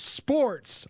sports